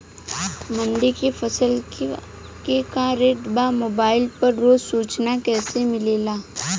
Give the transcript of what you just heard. मंडी में फसल के का रेट बा मोबाइल पर रोज सूचना कैसे मिलेला?